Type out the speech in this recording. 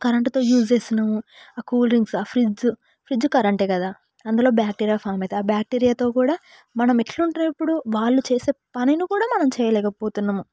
కరెంటుతో యూస్ చేస్తున్నాము ఆ కూల్ డ్రింక్స్ ఆ ఫ్రిడ్జ్ ఫ్రిడ్జ్ కరెంటే కదా అందులో బ్యాక్టీరియా ఫామ్ అవుతుంది ఆ బ్యాక్టీరియాతో కూడా మనం ఎట్లుంటారు ఇప్పుడు వాళ్ళు చేసే పనిని కూడా మనం చేయలేకపోతున్నాము